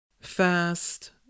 fast